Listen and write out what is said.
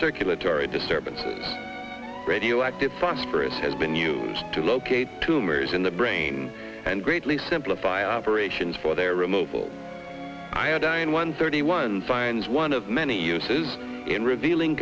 circulatory disturbances radioactive phosphorous has been used to locate tumors in the brain and greatly simplify operations for their removal iodine one thirty one finds one of many uses in revealing